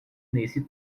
nesse